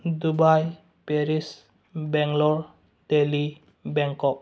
Dubai Paris Bangalore Delhi Bangkok